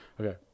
Okay